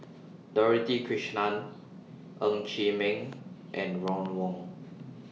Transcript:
Dorothy Krishnan Ng Chee Meng and Ron Wong